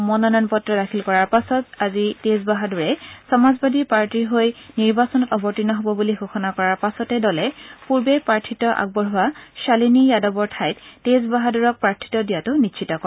মনোনয়ন পত্ৰ দখিল কৰাৰ পাছত আজি তেজ বাহাদুৰে সমাজবাদী পাৰ্টিৰ হৈ নিৰ্বাচনত অৱৰ্তীণ হব বুলি ঘোষণা কৰাৰ পাছতে দলে পূৰ্বে প্ৰাৰ্থিত্ব আগবঢ়োৱা ছালিনী যাদৱৰ ঠাইত তেজ বাহাদূৰক প্ৰাৰ্থিত্ব দিয়াটো নিশ্চিত কৰে